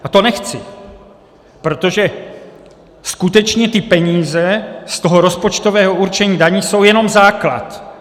A to nechci, protože skutečně ty peníze z toho rozpočtového určení daní jsou jenom základ.